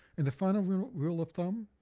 and the final rule rule of thumb,